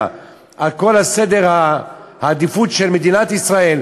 על כל סדר העדיפויות של מדינת ישראל,